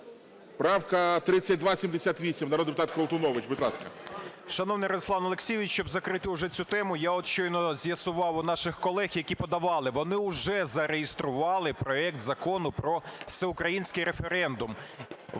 Правка 3278, народний депутат Колтунович. Будь ласка.